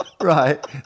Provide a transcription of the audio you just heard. Right